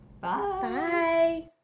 Bye